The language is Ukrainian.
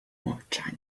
мовчання